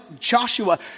Joshua